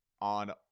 on